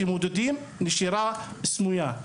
בודקים בצורה ברורה את אחוזי הנשירה הסמויה.